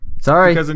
sorry